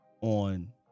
on